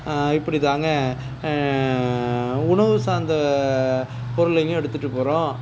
இப்படி தாங்க உணவு சார்ந்த பொருளையுமே எடுத்துகிட்டு போகிறோம்